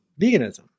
veganism